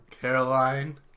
Caroline